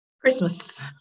christmas